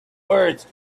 words